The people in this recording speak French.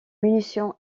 munitions